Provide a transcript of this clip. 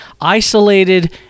isolated